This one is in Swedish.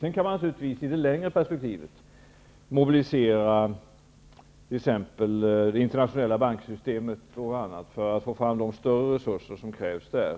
Sedan kan man naturligtvis i det längre perspektivet mobilisera t.ex. det internationella banksystemet för att få fram de större resurser som krävs där.